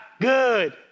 good